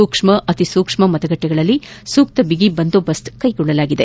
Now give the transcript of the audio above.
ಸೂಕ್ಷ್ಮ ಅತೀ ಸೂಕ್ಷ್ಮ ಮತಗಟ್ಟೆಗಳಲ್ಲಿ ಸೂಕ್ತ ಬಿಗಿ ಬಂದೋಬಸ್ ಕೈಗೊಳ್ಳಲಾಗಿದೆ